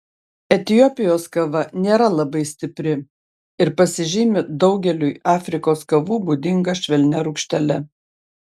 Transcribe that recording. etiopijos kava nėra labai stipri ir pasižymi daugeliui afrikos kavų būdinga švelnia rūgštele